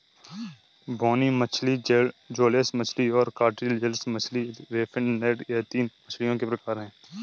बोनी मछली जौलेस मछली और कार्टिलाजिनस मछली रे फिनेड यह तीन मछलियों के प्रकार है